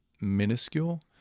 minuscule